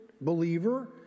believer